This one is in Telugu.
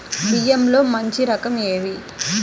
బియ్యంలో మంచి రకం ఏది?